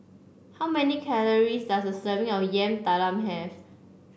how many calories does a serving of Yam Talam have